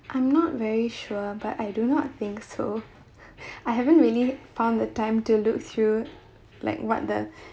I'm not very sure but I do not think so I haven't really found the time to look through like what the